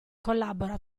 collabora